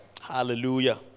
Hallelujah